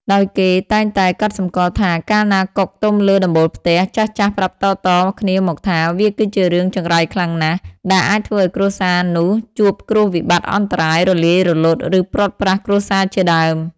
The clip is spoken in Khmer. ដោយគេតែងតែកត់សម្គាល់ថា កាលណាកុកទំលើដំបូលផ្ទះ ចាស់ៗប្រាប់តៗគ្នាមកថា វាគឺជារឿងចង្រៃខ្លាំងណាស់ ដែលអាចធ្វើឲ្យគ្រួសារនោះជួបគ្រោះវិបត្តិអន្តរាយ រលាយរលត់ ឬព្រាត់ប្រាសគ្រួសារជាដើម។